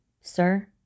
Sir